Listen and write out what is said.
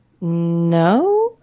No